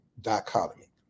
dichotomy